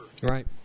Right